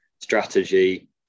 strategy